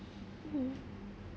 mmhmm